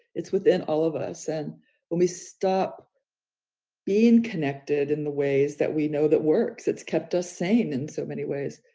it's within all of us. and when we stop being connected in the ways that we know that works, it's kept us sane, and so many ways,